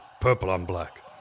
purple-on-black